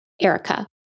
Erica